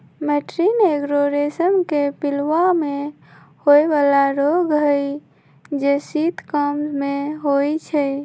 मैटीन एगो रेशम के पिलूआ में होय बला रोग हई जे शीत काममे होइ छइ